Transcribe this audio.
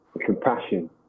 Compassion